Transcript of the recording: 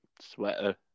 sweater